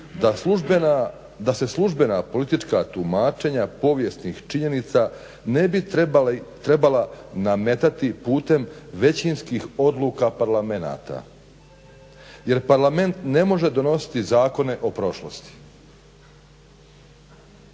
"da se službena politička tumačenja povijesnih činjenica ne bi trebala nametati putem većinskih odluka parlamenta jer parlament ne može donositi zakone o prošlosti".